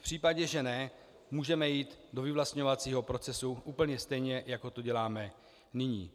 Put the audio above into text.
V případě, že ne, můžeme jít do vyvlastňovacího procesu úplně stejně, jako to děláme nyní.